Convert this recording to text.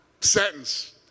sentence